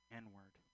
n-word